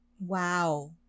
Wow